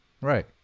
right